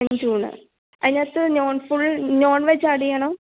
അഞ്ച് ഊണ് അതിനകത്ത് non full non veg add ചെയ്യണോ